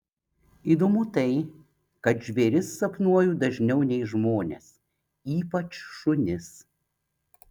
įdomu tai kad žvėris sapnuoju dažniau nei žmones ypač šunis